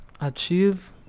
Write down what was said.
Achieve